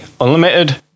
unlimited